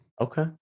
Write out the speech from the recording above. Okay